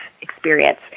experience